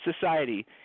society